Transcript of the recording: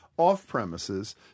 off-premises